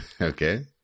Okay